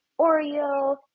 Oreo